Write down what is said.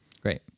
great